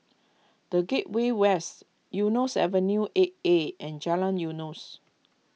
the Gateway West Eunos Avenue eight A and Jalan Eunos